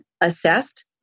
assessed